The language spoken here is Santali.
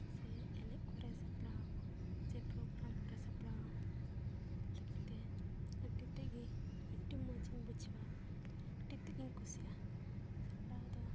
ᱥᱮ ᱮᱱᱮᱡ ᱠᱚᱨᱮ ᱥᱟᱯᱲᱟᱣ ᱥᱮ ᱯᱨᱳᱜᱨᱟᱢ ᱠᱚᱞᱮ ᱥᱟᱯᱲᱟᱣ ᱞᱟᱹᱜᱤᱫᱼᱛᱮ ᱟᱹᱰᱤ ᱛᱮᱫᱼᱜᱮ ᱟᱹᱰᱤ ᱢᱚᱡᱽ ᱤᱧ ᱵᱩᱡᱷᱟᱹᱣᱟ ᱟᱹᱰᱤ ᱛᱮᱫᱜᱤᱧ ᱠᱩᱥᱤᱭᱟᱜᱼᱟ ᱥᱟᱯᱲᱟᱣ ᱫᱚ